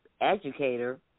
educator